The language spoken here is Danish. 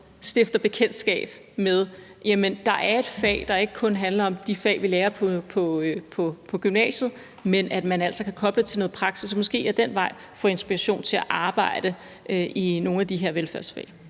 stifter bekendtskab med, at der er et fag, der ikke kun handler om de fag, vi lærer i gymnasiet, men at man altså kan koble det til noget praksis og måske ad den vej få inspiration til at arbejde i nogle af de her velfærdsfag.